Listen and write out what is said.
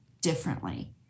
differently